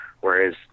whereas